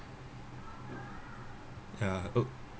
ya oh